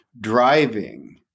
driving